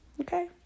Okay